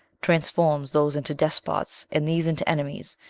transforms those into despots and these into enemies,